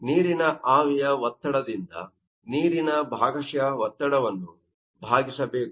ನೀರಿನ ಆವಿಯ ಒತ್ತಡದಿಂದ ನೀರಿನ ಭಾಗಶಃ ಒತ್ತಡವನ್ನು ಭಾಗಿಸಬೇಕು